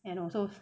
and also